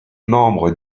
membre